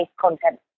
content